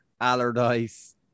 allardyce